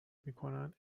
میکنند